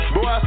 Boy